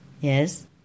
Yes